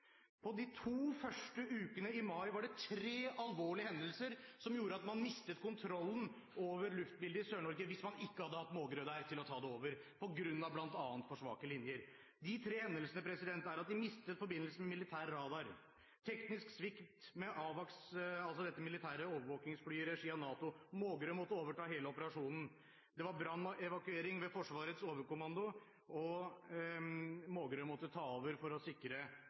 I de to første ukene i mai var det tre alvorlige hendelser som følge av at man mistet kontrollen over luftbildet over Sør-Norge, på grunn av bl.a. for svake linjer. I de tre hendelsene mistet man forbindelsen med den militære radaren, men man hadde Mågerø der til å ta over. Det var en teknisk svikt med det militære overvåkningsflyet i regi av NATO. Mågerø måtte overta hele operasjonen. Det var brannevakuering ved Forsvarets operative hovedkvarter. Mågerø måtte ta over for å sikre